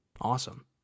awesome